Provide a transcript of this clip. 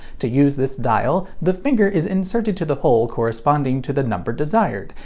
to use this dial, the finger is inserted to the hole corresponding to the number desired,